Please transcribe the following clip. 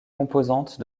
composantes